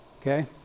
okay